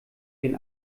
den